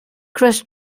crest